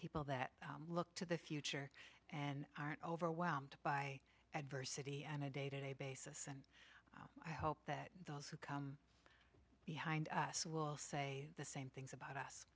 people that look to the future and aren't overwhelmed by adversity and a day to day basis and i hope that those who come behind us will say the same things about us